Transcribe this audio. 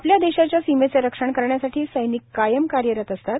आपल्या देशाच्या सीमेचं रक्षण करण्यासाठी सैनिक कायम कार्यरत असतात